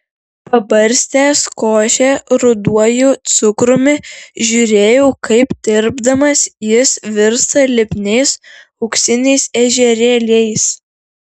pabarstęs košę ruduoju cukrumi žiūrėjau kaip tirpdamas jis virsta lipniais auksiniais ežerėliais